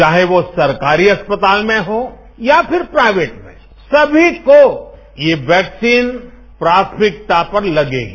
चाहे वो सरकारी अस्पताल में हो या फिर प्राइवेट में सभी को ये वैक्सीन प्राथमिकता पर लगेगी